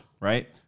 right